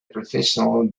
professional